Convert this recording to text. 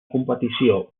competició